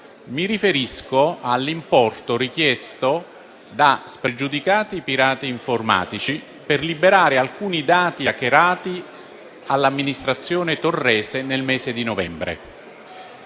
Mi riferisco all'importo richiesto da spregiudicati pirati informatici per liberare alcuni dati hackerati all'amministrazione torrese nel mese di novembre.